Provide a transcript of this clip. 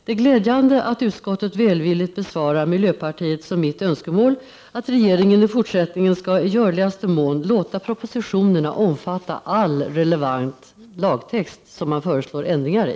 Det är glädjande att utskottet välvilligt besvarar miljöpartiets och mitt önskemål att regeringen i fortsättningen i görligaste mån skall låta propositionerna omfatta all relevant lagtext som man föreslår ändringar i.